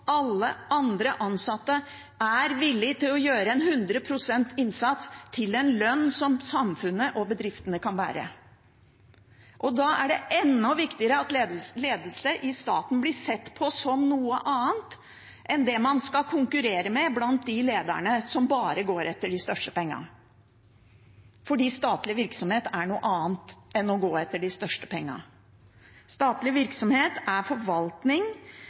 alle andre ansatte er villig til å gjøre en hundre prosent innsats til en lønn som samfunnet og bedriftene kan bære. Da er det enda viktigere at ledelse i staten blir sett på som noe annet enn det man skal konkurrere med, der lederne bare går etter de største pengene, fordi statlig virksomhet er noe annet enn å gå etter de største pengene. Statlig virksomhet er forvaltning